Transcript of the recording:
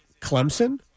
Clemson